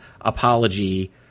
apology